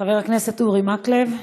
חבר הכנסת אורי מקלב,